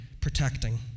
protecting